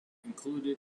included